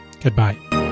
Goodbye